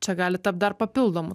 čia gali tapt dar papildomu